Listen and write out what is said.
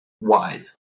wide